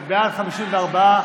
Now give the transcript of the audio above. בעד, 54,